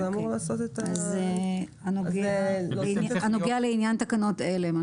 "הנוגע לעניין תקנות אלה".